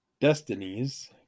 destinies